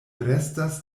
restas